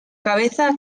cabeza